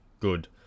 good